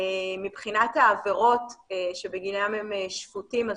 מבחינת העבירות שבגינן הם שפוטים אז